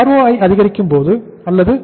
ROI அதிகரிக்கும் அல்லது குறையும்